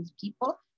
people